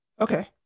Okay